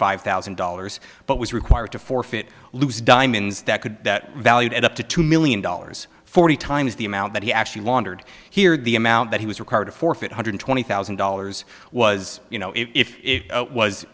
five thousand dollars but was required to forfeit lose diamonds that could that valued at up to two million dollars forty times the amount that he actually laundered here the amount that he was required to forfeit hundred twenty thousand dollars was you know if it was